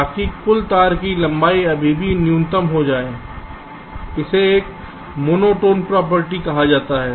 ताकि कुल तार की लंबाई अभी भी न्यूनतम हो जाए इसे एक मोनोटोन प्रॉपर्टी कहा जाता है